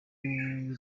inguvu